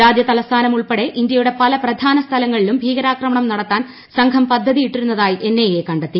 രാജ്യതലസ്ഥാനം ഉൾപ്പെടെ ഇന്ത്യയുടെ പല പ്രധാന സ്ഥലങ്ങളിലും ഭീകരാക്രമണം നടത്താൻ സംഘം പദ്ധതിയിട്ടിരുന്നതായി എൻഐഎ കണ്ടെത്തി